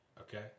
okay